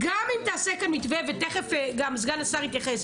רבים נשארו בבית כי פחדו על החיים שלהם.